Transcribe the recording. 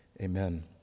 amen